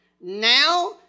now